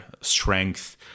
strength